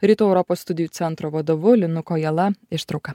rytų europos studijų centro vadovu linu kojala ištrauka